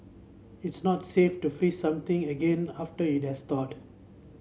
it's not safe to freeze something again after it has thawed